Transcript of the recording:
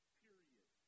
period